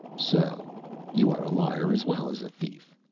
so you are a liar as well as a thief,